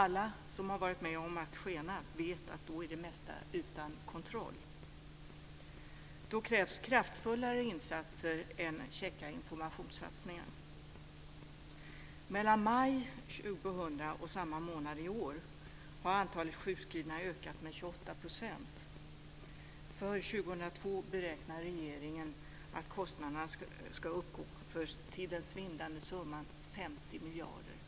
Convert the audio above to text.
Alla som har varit med om att skena vet att då är det mesta utom all kontroll. Då krävs kraftfullare insatser än käcka informationssatsningar. Mellan maj 2000 och samma månad i år har antalet sjukskrivna ökat med 28 %. För år 2002 beräknar regeringen att kostnaderna ska uppgå till den svindlande summan 50 miljarder kronor.